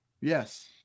Yes